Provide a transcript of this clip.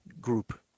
group